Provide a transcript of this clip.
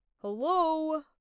Hello